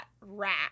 rat